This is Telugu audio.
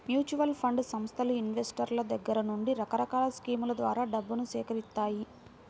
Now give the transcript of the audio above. మ్యూచువల్ ఫండ్ సంస్థలు ఇన్వెస్టర్ల దగ్గర నుండి రకరకాల స్కీముల ద్వారా డబ్బును సేకరిత్తాయి